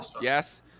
Yes